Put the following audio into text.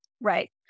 Right